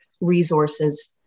resources